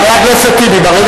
אבל,